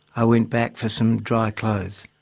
i went back for some dry clothes.